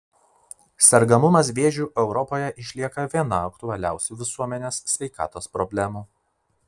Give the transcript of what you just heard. sergamumas vėžiu europoje išlieka viena aktualiausių visuomenės sveikatos problemų